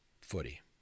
footy